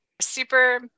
super